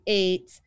eight